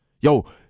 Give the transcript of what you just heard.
yo